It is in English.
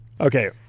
Okay